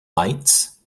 lights